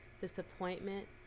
disappointment